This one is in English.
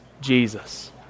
Jesus